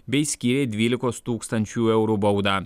bei skyrė dvylikos tūkstančių eurų baudą